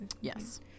Yes